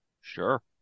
Sure